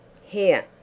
Here